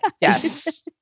Yes